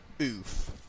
Oof